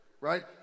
right